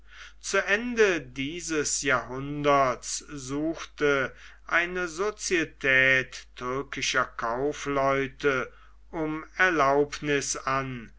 zu ende dieses jahrhunderts suchte eine societät türkischer kaufleute um erlaubniß an